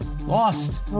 Lost